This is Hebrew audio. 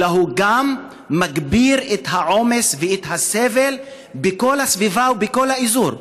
אלא היא גם מגבירה את העומס ואת הסבל בכל הסביבה ובכל האזור.